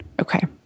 okay